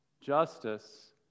justice